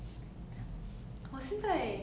then there's this saying that says